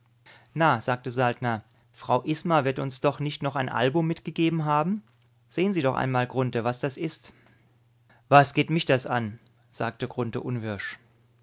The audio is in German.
na sagte saltner frau isma wird uns doch nicht noch ein album mitgegeben haben sehen sie doch einmal grunthe was das ist was geht das mich an sagte